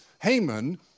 Haman